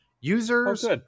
Users